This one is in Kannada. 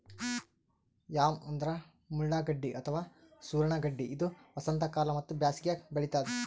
ಯಾಮ್ ಅಂದ್ರ ಮುಳ್ಳಗಡ್ಡಿ ಅಥವಾ ಸೂರಣ ಗಡ್ಡಿ ಇದು ವಸಂತಕಾಲ ಮತ್ತ್ ಬ್ಯಾಸಿಗ್ಯಾಗ್ ಬೆಳಿತದ್